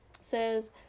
says